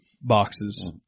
boxes